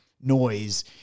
noise